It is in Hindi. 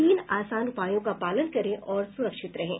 तीन आसान उपायों का पालन करें और सुरक्षित रहें